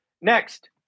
Next